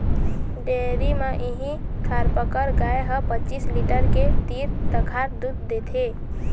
dairy म इहीं थारपकर गाय ह पचीस लीटर के तीर तखार दूद देथे